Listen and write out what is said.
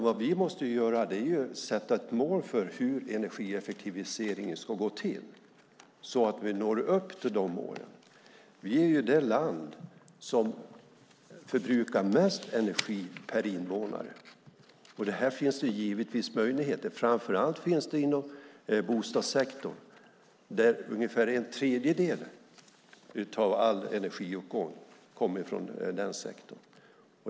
Vad vi måste göra är att sätta mål för hur energieffektiviseringen ska gå till så att vi når upp till de målen. Vi är det land som förbrukar mest energi per invånare. Här finns givetvis möjligheter, och framför allt inom bostadssektorn. Ungefär en tredjedel av all energiåtgång kommer från den sektorn.